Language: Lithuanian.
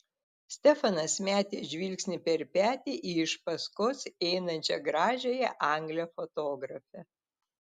stefanas metė žvilgsnį per petį į iš paskos einančią gražiąją anglę fotografę